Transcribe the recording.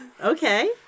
Okay